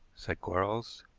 said quarles.